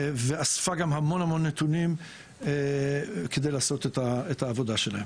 ואספו גם המון נתונים כדי לעשות את העבודה שלהן.